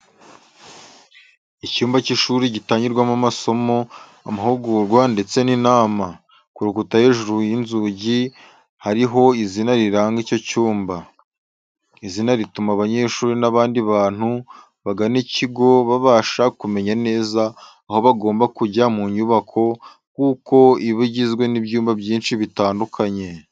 Icyumba cy’ishuri gitangirwamo amasomo, amahugurwa ndetse n'inama, ku rukuta hejuru y’inzugi hariho izina riranga icyo cyumba. Izina rituma abanyeshuri n'abandi bantu bagana ikigo babasha kumenya neza aho bagomba kujya mu nyubako kuko iba igizwe n’ibyumba byinshi bitandukanye.